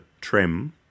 trim